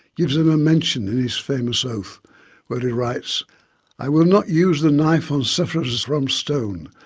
gives them a mention in his famous oath where he writes i will not use the knife on sufferers from stone,